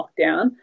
lockdown